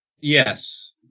Yes